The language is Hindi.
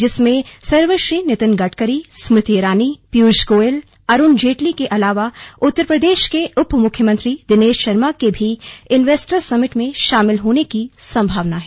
जिसमें सर्वश्री नितिन गडकरी स्मृति ईरानी पीयूष गोयल अरुण जेटली के अलावा उत्तर प्रदेश के उप मुख्यमंत्री दिनेश शर्मा के भी इनवेस्टर्स समिट में शामिल होने की संभावना हैं